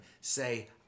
say